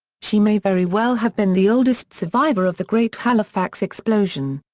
she may very well have been the oldest survivor of the great halifax explosion.